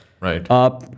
Right